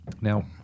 Now